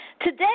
today